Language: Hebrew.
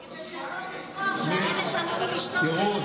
תיראו,